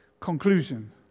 Conclusion